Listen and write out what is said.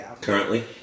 Currently